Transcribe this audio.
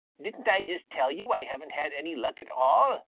didn't i just tell you i haven't had any luck at all?